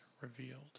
revealed